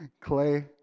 Clay